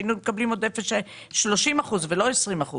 היינו מקבלים עוד 30% ולא 20%,